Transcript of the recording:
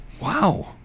Wow